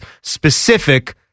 specific